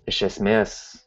iš esmės